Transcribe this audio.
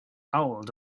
old